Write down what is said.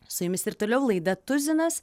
su jumis ir toliau laida tuzinas